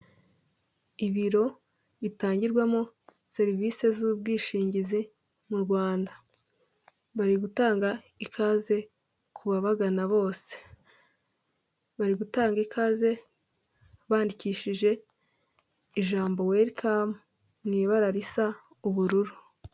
ibiro bitangirwamo serivisi z'ubwishingizi mu Rwanda, bari gutanga ikaze ku bababagana bose, bari gutanga ikaze bandikishije ijambo welikamu mu ibara risa ubururu